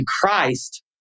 Christ